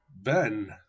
Ben